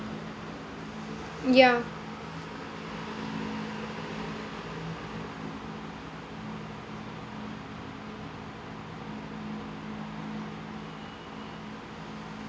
ya